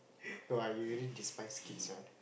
!wah! you really despise kids one